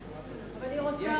אבל היא רוצה עוד.